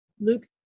Luke